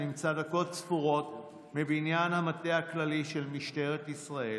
שנמצא דקות ספורות מבניין המטה הכללי של משטרת ישראל.